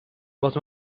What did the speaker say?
was